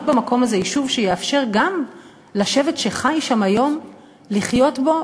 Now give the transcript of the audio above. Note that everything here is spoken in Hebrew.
במקום הזה יישוב שיאפשר גם לשבט שחי שם היום לחיות בו,